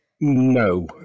no